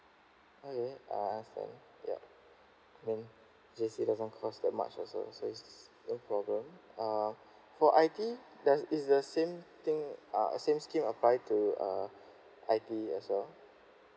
okay I understand yup then J_C doesn't cost that much also so it's no problem uh for I_T_E there's is the same thing uh same scheme apply to uh I_T_E as well